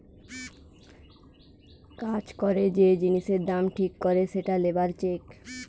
কাজ করে যে জিনিসের দাম ঠিক করে সেটা লেবার চেক